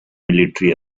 military